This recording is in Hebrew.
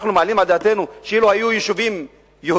אנחנו מעלים על דעתנו שאילו היו יישובים יהודיים,